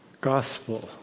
Gospel